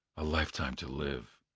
a life-time to live.